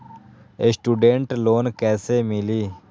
Student loan कैसे मिली?